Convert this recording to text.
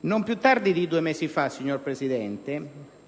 Non più tardi di due mesi fa, signor Presidente,